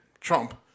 Trump